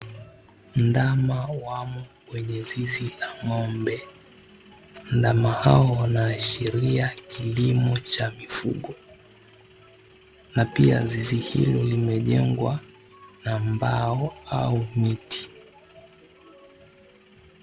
Ndama wamo kwenye zizi la ngombe. Ndama hao wanaashiria kilimo cha mifugo. Na pia zizi hilo limejengwa na mbao au miti.